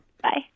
Bye